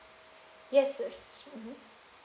yes is mmhmm